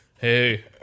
hey